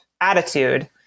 attitude